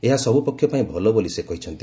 ଏହା ସବୁ ପକ୍ଷପାଇଁ ଭଲ ବୋଲି ସେ କହିଛନ୍ତି